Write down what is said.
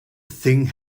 thing